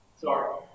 sorry